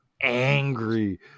angry